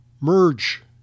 merge